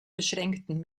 beschränkten